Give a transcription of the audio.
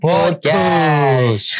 Podcast